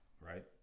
right